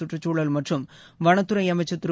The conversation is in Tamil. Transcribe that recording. கற்றுச் தூழல் மற்றும் வனத்துறை அமைச்சர் திரு